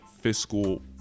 fiscal